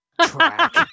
Track